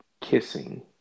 kissing